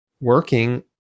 working